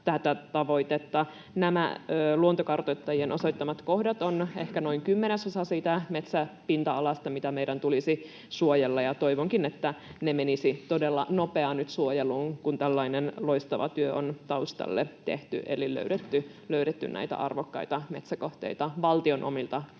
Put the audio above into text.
Nämä luontokartoittajien osoittamat kohdat ovat ehkä noin kymmenesosa siitä metsäpinta-alasta, mitä meidän tulisi suojella, ja toivonkin, että ne menisivät todella nopeasti nyt suojeluun, kun tällainen loistava työ on taustalle tehty eli löydetty näitä arvokkaita metsäkohteita valtion omilta talousmailta,